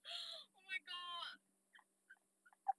oh my god